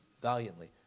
valiantly